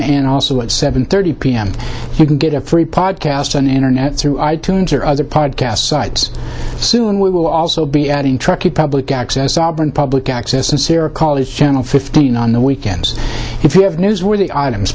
and also at seven thirty p m you can get a free podcast on internet through i tunes or other part gas sites soon we will also be adding truckee public access auburn public access and sarah college channel fifteen on the weekends if you have newsworthy items